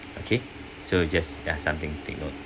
okay so you just uh something take note